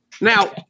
Now